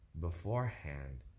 beforehand